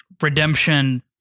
redemption